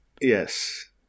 Yes